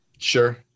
sure